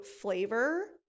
flavor